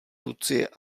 lucie